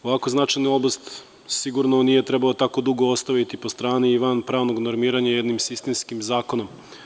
Ovako značajnu oblast sigurno nije trebalo tako dugo ostaviti po strani i van pravnog normiranja jednim sistemskim zakonom.